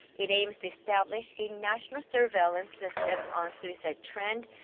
it aims to establish a national surveillance system on suicide trend.